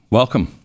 welcome